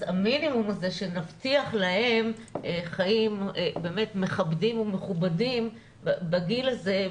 המינימום הזה שנבטיח להם חיים מכבדים ומכובדים בגיל הזה,